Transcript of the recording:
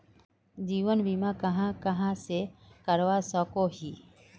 जीवन बीमा कहाँ कहाँ से करवा सकोहो ही?